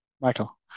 Michael